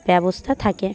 ব্যবস্থা থাকে